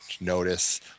notice